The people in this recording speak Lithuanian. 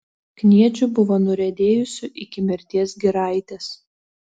kniedžių buvo nuriedėjusių iki mirties giraitės